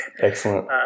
Excellent